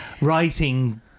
writing